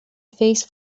face